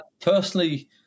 personally